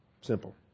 Simple